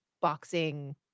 boxing